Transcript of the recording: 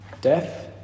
Death